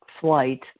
flight